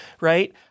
right